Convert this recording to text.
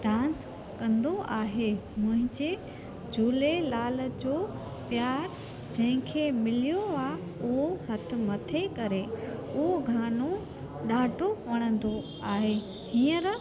dance कंदो आहे मुंहिंजे झूलेलाल जो प्यारु जंहिंखें मिलियो आहे उहो हथ मथे करे उहो गानो ॾाढो वणंदो आहे हींअर